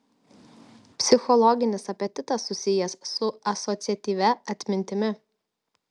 psichologinis apetitas susijęs su asociatyvia atmintimi